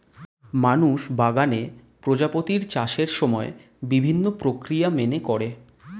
মানুষ বাগানে প্রজাপতির চাষের সময় বিভিন্ন প্রক্রিয়া মেনে করে